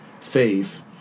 faith